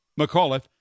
McAuliffe